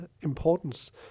importance